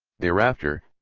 thereafter,